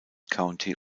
county